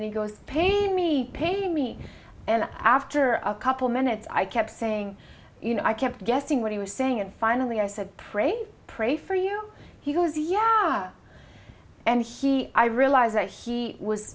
he goes pay me paying me and after a couple minutes i kept saying you know i kept guessing what he was saying and finally i said pray pray for you he goes yeah and he i realize that he was